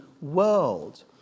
world